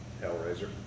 Hellraiser